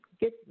Get